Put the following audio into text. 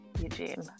Eugene